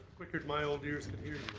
quicker than my old ears can hear